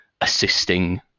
assisting